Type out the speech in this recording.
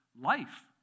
life